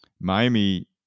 Miami